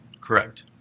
Correct